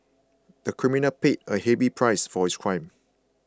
the criminal paid a heavy price for his crime